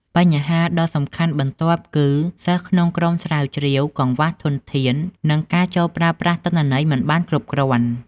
បញ្ហាដ៏សំខាន់បន្ទាប់គឺសិស្សក្នុងក្រុមស្រាវជ្រាវកង្វះធនធាន និងការចូលប្រើប្រាស់ទិន្នន័យមិនបានគ្រប់គ្រាន់។